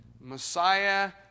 Messiah